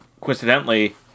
coincidentally